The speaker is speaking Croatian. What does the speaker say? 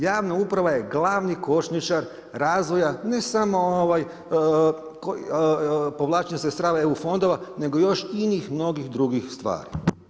Javna uprava je glavni kočničar razvoja ne samo povlačenja sredstava EU fondova, nego još inih mnogih drugih stvari.